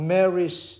Mary's